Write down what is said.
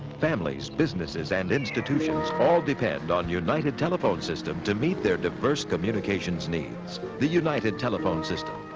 families, businesses, and institutions all depend on united telephone system to meet their diverse communications needs. the united telephone system,